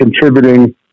contributing